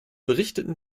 berichteten